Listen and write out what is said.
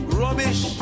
rubbish